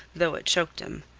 though it choked him.